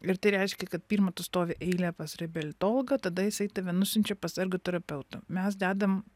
ir tai reiškia kad pirma tu stovi eilė pas reabilitologą tada jisai tave nusiunčia pas ergoterapeutą mes dedam